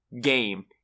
game